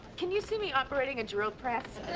can you see me operating a drill press?